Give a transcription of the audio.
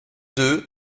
deux